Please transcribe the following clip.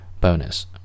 Bonus